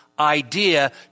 idea